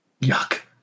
yuck